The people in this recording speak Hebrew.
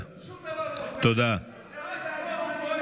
שום דבר לא מפריע לך, רק פורום קהלת,